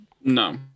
No